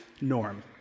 norm